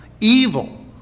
evil